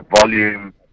volume